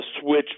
switch